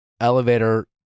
elevator